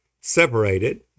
separated